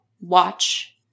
watch